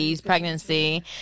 pregnancy